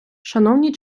шановні